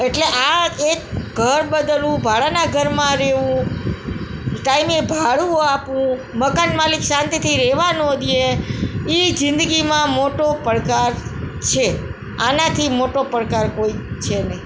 એટલે આ એક ઘર બદલવું ભાડાના ઘરમાં રહેવું ટાઈમે ભાડું આપવું મકાન માલિક શાંતિથી રહેવા ન દે એ જિંંદગીમાં મોટો પડકાર છે આનાથી મોટો પડકાર કોઈ છે નહીં